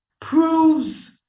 proves